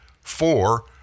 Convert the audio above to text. four